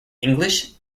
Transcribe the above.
english